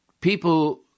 people